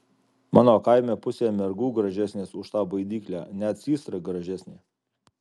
mano kaime pusė mergų gražesnės už tą baidyklę net systra gražesnė